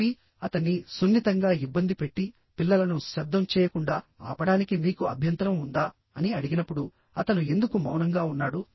Covey అతన్ని సున్నితంగా ఇబ్బంది పెట్టి పిల్లలను శబ్దం చేయకుండా ఆపడానికి మీకు అభ్యంతరం ఉందా అని అడిగినప్పుడు అతను ఎందుకు మౌనంగా ఉన్నాడు